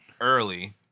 early